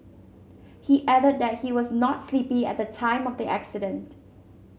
he added that he was not sleepy at the time of the accident